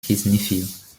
his